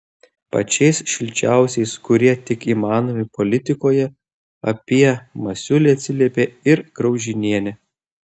pačiais šilčiausiais kurie tik įmanomi politikoje apie masiulį atsiliepė ir graužinienė